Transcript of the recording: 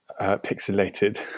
pixelated